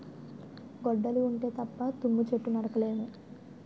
గొడ్డలి ఉంటే తప్ప తుమ్మ చెట్టు నరక లేము